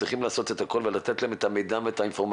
צריכים לעשות את הכל ולתת להם את המידע והאינפורמציה.